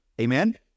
Amen